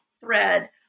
thread